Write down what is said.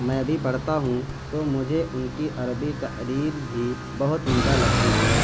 میں بھی پڑھتا ہوں تو مجھے ان کی عربی تحریر بھی بہت عمدہ لگتی ہے